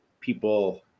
people